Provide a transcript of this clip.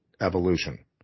evolution